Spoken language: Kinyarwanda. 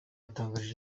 yatangarije